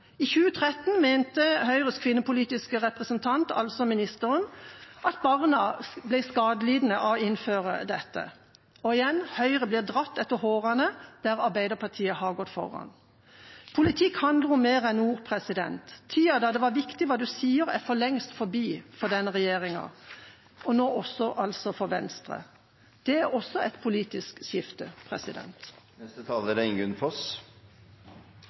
I 2013 mente Høyres kvinnepolitiske representant, altså ministeren, at barna ble skadelidende av å innføre dette. Og igjen: Høyre blir dratt etter håret der Arbeiderpartiet har gått foran. Politikk handler om mer enn ord. Tida da det var viktig hva man sa, er for lengst forbi for denne regjeringa, og nå altså for Venstre også. Det er også et politisk skifte.